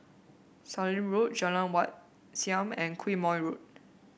Sallim Road Jalan Wat Siam and Quemoy Road